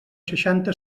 seixanta